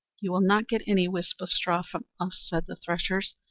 you will not get any whisp of straw from us, said the threshers,